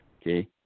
okay